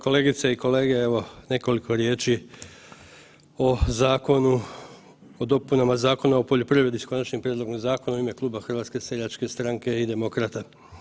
Kolegice i kolege evo nekoliko riječi o zakonu, o dopunama Zakona o poljoprivredi s konačnim prijedlog zakona u ime Kluba HSS-a i Demokrata.